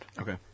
okay